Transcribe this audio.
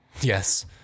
Yes